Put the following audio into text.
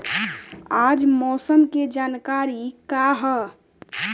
आज मौसम के जानकारी का ह?